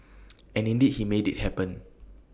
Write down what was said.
and indeed he made IT happen